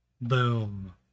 Boom